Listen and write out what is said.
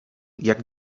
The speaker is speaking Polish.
jak